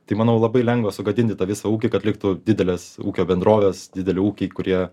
tai manau labai lengva sugadinti tą visą ūkį kad liktų didelės ūkio bendrovės dideli ūkiai kurie